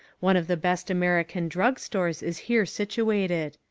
one of the best american drug stores is here situated.